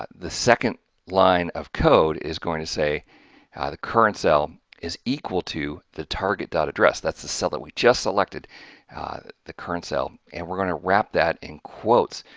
the the second line of code is going to say ah the current cell is equal to the target address that's the cell that we just selected the current cell and we're going to wrap that in quotes.